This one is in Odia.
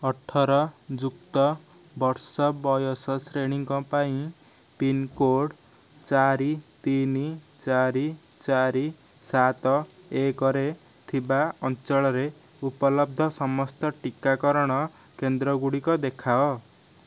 ଅଠର ଯୁକ୍ତ ବର୍ଷ ବୟସ ଶ୍ରେଣୀଙ୍କ ପାଇଁ ପିନ୍କୋଡ଼୍ ଚାରି ତିନି ଚାରି ଚାରି ସାତ ଏକରେ ଥିବା ଅଞ୍ଚଳରେ ଉପଲବ୍ଧ ସମସ୍ତ ଟିକାକରଣ କେନ୍ଦ୍ର ଗୁଡ଼ିକ ଦେଖାଅ